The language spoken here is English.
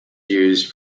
used